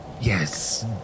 yes